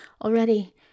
already